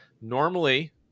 normally